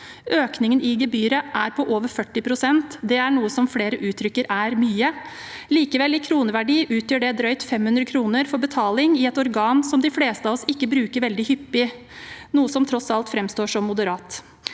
Økningen i gebyret er på over 40 pst. Det er noe som flere uttrykker er mye. Likevel: I kroneverdi utgjør det drøyt 500 kr for betaling i et organ som de fleste av oss ikke bruker veldig hyppig, noe som tross alt framstår som moderat.